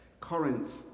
Corinth